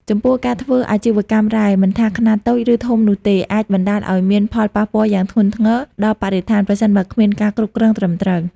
ចំពោះការធ្វើអាជីវកម្មរ៉ែ មិនថាខ្នាតតូច ឬធំនោះទេ អាចបណ្ដាលឲ្យមានផលប៉ះពាល់យ៉ាងធ្ងន់ធ្ងរដល់បរិស្ថាន ប្រសិនបើគ្មានការគ្រប់គ្រងត្រឹមត្រូវ។